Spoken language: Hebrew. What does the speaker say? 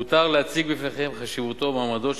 4. האם האוצר נותן הנחיות כיצד לערוך את עבודת הפיקוח בישיבות.